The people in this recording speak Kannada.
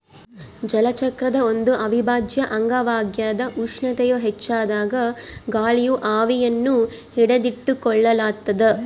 ಜಲಚಕ್ರದ ಒಂದು ಅವಿಭಾಜ್ಯ ಅಂಗವಾಗ್ಯದ ಉಷ್ಣತೆಯು ಹೆಚ್ಚಾದಾಗ ಗಾಳಿಯು ಆವಿಯನ್ನು ಹಿಡಿದಿಟ್ಟುಕೊಳ್ಳುತ್ತದ